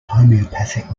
homeopathic